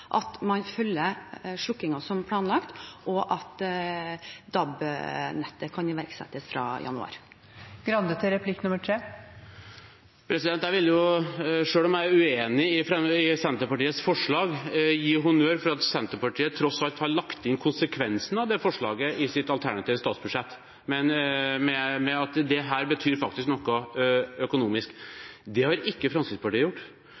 at man følger slukkingen som planlagt, og at DAB-nettet kan iverksettes fra januar. Selv om jeg er uenig i Senterpartiets forslag, vil jeg gi honnør for at Senterpartiet tross alt har lagt inn konsekvensene av forslaget i sitt alternative statsbudsjett, fordi det faktisk betyr noe økonomisk. Det har ikke Fremskrittspartiet gjort. Tvert imot har Fremskrittspartiet